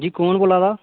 ठीक ऐ